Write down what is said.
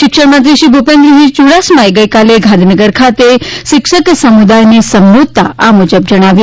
શિક્ષણમંત્રી શ્રી ભુપેન્દ્રસિંહ ચુડાસમાએ ગઈકાલે ગાંધીનગર ખાતે શિક્ષક સમુદાયને સંબોધતા તે આ મુજબ જણાવ્યું